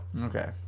Okay